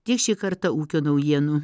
tiek šį kartą ūkio naujienų